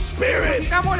Spirit